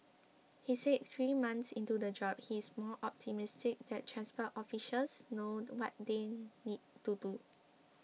he said three months into the job he is more optimistic that transport officials know what they need to do